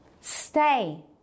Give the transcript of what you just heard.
Stay